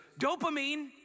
dopamine